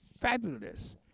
fabulous